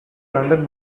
london